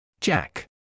Jack